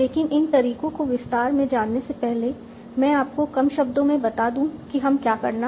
लेकिन इन तरीकों को विस्तार में जानने से पहले मैं आपको कम शब्दों में बता दूं कि हम करना क्या चाहते हैं